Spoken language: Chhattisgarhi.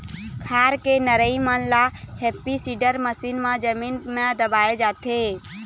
खार के नरई मन ल हैपी सीडर मसीन म जमीन म दबाए जाथे